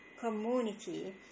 community